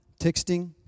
texting